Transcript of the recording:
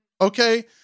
Okay